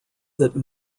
that